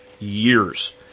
years